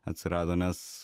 atsirado nes